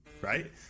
Right